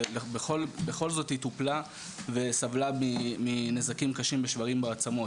ובכל זאת היא טופלה וסבלה מנזקים קשים ושברים בעצמות.